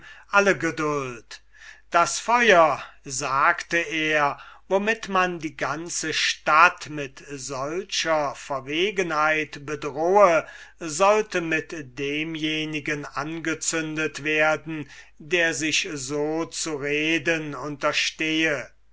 alle geduld das feuer sagte er womit man die ganze stadt mit solcher verwegenheit bedrohe sollte mit demjenigen angezündet werden der sich zu reden unterstehe